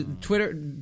Twitter